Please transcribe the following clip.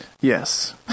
Yes